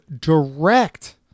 direct